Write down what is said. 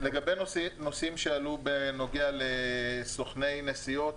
לגבי נושאים שעלו בנוגע לסוכני נסיעות,